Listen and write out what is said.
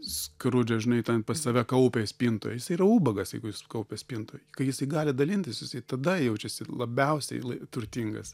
skrudžas žinai ten pas save kaupia spintoj jisai yra ubagas jeigu jis kaupia spintoj kai jis gali dalintis jisai tada jaučiasi labiausiai turtingas